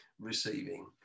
receiving